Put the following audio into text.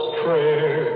prayer